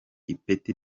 ipeti